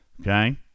okay